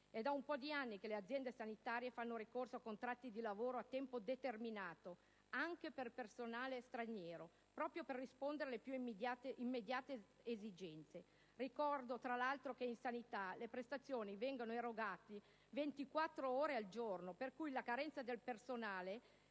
Da alcuni anni le aziende sanitarie fanno ricorso a contratti di lavoro a tempo determinato, anche a personale straniero, proprio per rispondere alle più immediate esigenze. Ricordo, tra l'altro, che nella sanità le prestazioni vengono erogate 24 ore al giorno. Pertanto, in carenza di personale